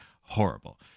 horrible